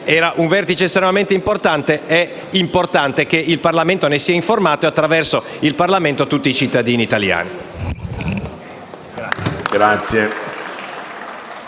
stato un vertice estremamente importante ed è importante che il Parlamento ne sia informato e, attraverso il Parlamento, tutti i cittadini italiani.